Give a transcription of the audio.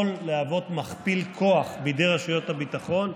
יכול להוות מכפיל כוח בידי רשויות הביטחון.